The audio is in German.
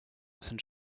sind